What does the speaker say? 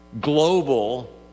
global